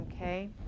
Okay